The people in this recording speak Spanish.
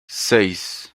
seis